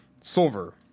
silver